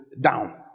down